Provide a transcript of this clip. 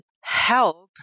help